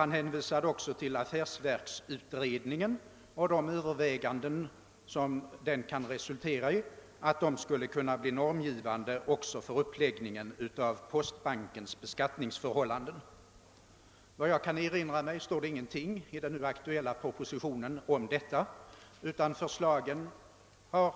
Han hänvisade också till affärsverksutredningen och de överväganden som den kan komma att resultera i; dessa kan bli normgivande för uppläggningen av postbankens beskattningsförhållanden, sade herr Rask. Men efter vad jag har kunnat finna står det ingenting om den saken i propositionen, utan förslagen där har